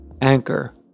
Anchor